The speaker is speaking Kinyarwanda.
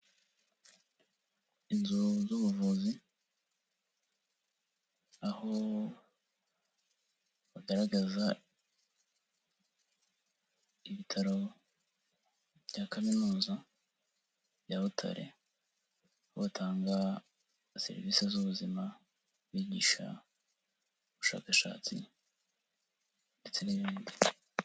Inzu z'ubuvuzi, aho bagaragaza ibitaro bya kaminuza ya Butare, aho batanga serivisi z'ubuzima bigisha, ubushakashatsi ndetse n'ibindi.